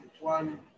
one